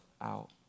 out